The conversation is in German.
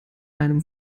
einem